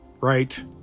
right